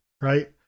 right